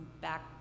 back